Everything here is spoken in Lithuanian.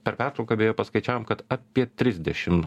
per pertrauką beje paskaičiavom kad apie trisdešim